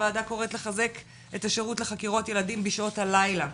הוועדה קוראת לחזק את השירות לחקירות ילדים בשעות הלילה,